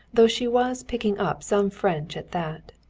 though she was picking up some french at that.